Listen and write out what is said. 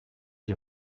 you